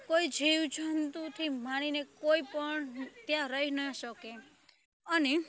કોઈ જીવજંતુથી માંડીને કોઈ પણ ત્યાં રહી ન શકે અને